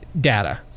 data